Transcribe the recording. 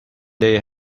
they